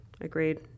Agreed